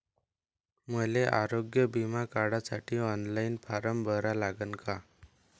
मले आरोग्य बिमा काढासाठी ऑनलाईन फारम भरा लागन का?